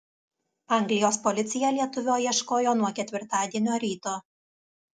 anglijos policija lietuvio ieškojo nuo ketvirtadienio ryto